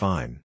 Fine